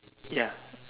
ya